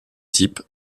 types